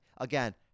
Again